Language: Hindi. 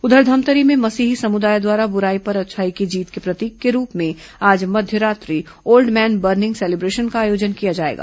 उधर धमतरी में मसीही समुदाय द्वारा बुराई पर अच्छाई की जीत के प्रतीक के रूप में आज मध्य रात्रि ओल्ड मैन बर्निंग सेलिब्रेशन का आयोजन किया जाएगा